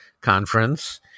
conference